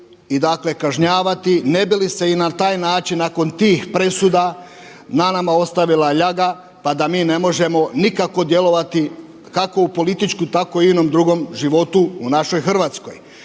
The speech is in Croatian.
i dakle kažnjavati ne bi li se i na taj način nakon tih presuda na nama ostavila ljaga, pa da mi ne možemo nikako djelovati kako u političkom, tako i inom drugom životu u našoj Hrvatskoj.